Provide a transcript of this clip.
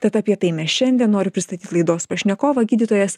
tad apie tai mes šiandien noriu pristatyt laidos pašnekovą gydytojas